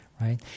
right